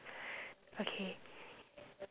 okay